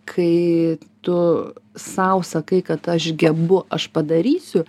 kai tu sau sakai kad aš gebu aš padarysiu